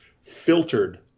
filtered